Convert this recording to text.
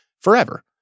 Forever